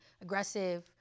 aggressive